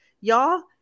y'all